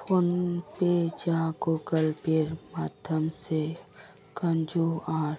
phone पे या Google पेर माध्यम से क्यूआर